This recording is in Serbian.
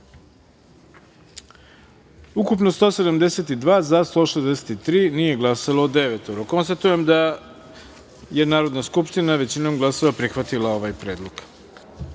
ukupno – 172, za – 166, nije glasalo – šest. Konstatujem da je Narodna skupština većinom glasova prihvatila ovaj predlog. Pošto